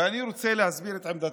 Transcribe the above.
אני רוצה להסביר את עמדתי.